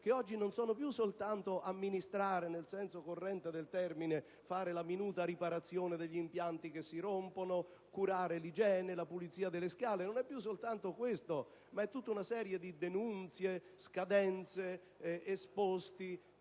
che oggi non attengono più soltanto all'amministrare nel senso corrente del termine (fare la minuta riparazione degli impianti che si rompono, curare l'igiene, la pulizia delle scale), ma comportano tutta una serie di denunzie, scadenze, esposti: